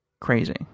crazy